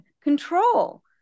control